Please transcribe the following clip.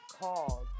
called